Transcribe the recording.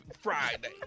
Friday